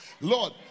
Lord